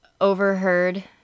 Overheard